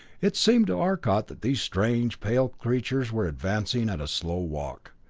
it seemed to arcot that these strange, pale creatures were advancing at a slow walk,